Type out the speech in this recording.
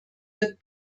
wird